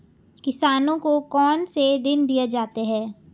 किसानों को कौन से ऋण दिए जाते हैं?